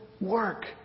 work